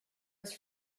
was